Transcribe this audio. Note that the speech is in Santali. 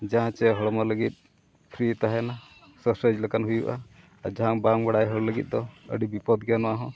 ᱡᱟᱦᱟᱸ ᱪᱮᱫ ᱦᱚᱲᱢᱚ ᱞᱟᱹᱜᱤᱫ ᱯᱷᱨᱤ ᱛᱟᱦᱮᱱᱟ ᱮᱠᱥᱟᱨᱥᱟᱭᱤᱡᱽ ᱞᱮᱠᱟᱱ ᱦᱩᱭᱩᱜᱼᱟ ᱟᱨ ᱡᱟᱦᱟᱸ ᱵᱟᱝ ᱵᱟᱰᱟᱭ ᱦᱚᱲ ᱞᱟᱹᱜᱤᱫ ᱫᱚ ᱟᱹᱰᱤ ᱵᱤᱯᱚᱫᱽ ᱜᱮᱭᱟ ᱱᱚᱣᱟ ᱦᱚᱸ